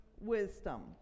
wisdom